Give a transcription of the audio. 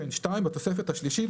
"(2)בתוספת השלישית,